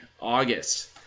August